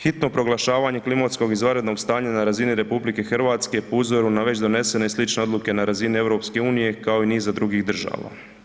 Hitno proglašavanje klimatskog izvanrednog stanja na razini RH po uzoru na već donesene i slične odluke na razini EU, kao i niza drugih država.